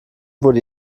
wurde